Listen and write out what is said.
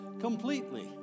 completely